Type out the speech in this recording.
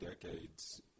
decades